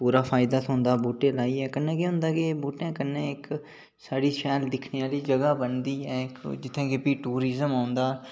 पूरा फायदा थ्होंदा बूहटे लाने कन्नै केह् होंदा कि बूहटें कन्नै इक साढ़ी शैल जगह् इक बनदी ऐ इक टूरिजम औंदा